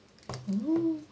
mmhmm